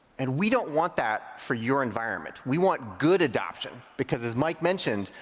and we don't want that for your environment. we want good adoption. because as mike mentioned,